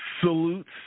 Salutes